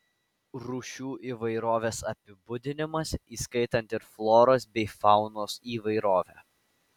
rūšių įvairovės apibūdinimas įskaitant ir floros bei faunos įvairovę